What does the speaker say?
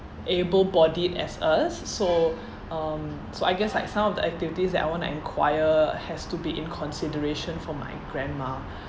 able bodied as us so um so I guess like some of the activities that I want to enquire has to be in consideration for my grandma